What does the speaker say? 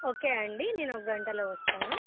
okay అండి నేను ఒక గంటలో వస్తాను